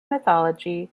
mythology